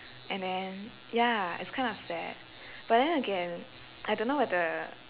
and then ya it's kind of sad but then again I don't know whether